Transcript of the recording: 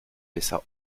laissa